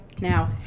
now